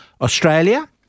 Australia